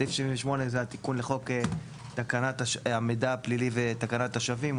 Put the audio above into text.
סעיף 78 זה התיקון לחוק תקנת המידע הפלילי ותקנת השבים.